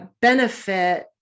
benefit